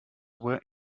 were